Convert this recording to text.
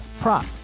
Prop